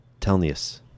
telnius